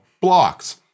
blocks